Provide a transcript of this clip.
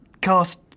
cast